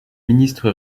ministre